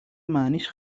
معنیش